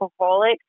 alcoholic